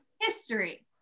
history